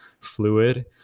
fluid